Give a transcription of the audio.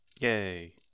yay